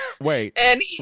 Wait